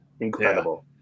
Incredible